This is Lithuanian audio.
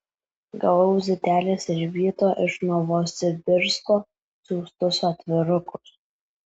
gavau zitelės ir vyto iš novosibirsko siųstus atvirukus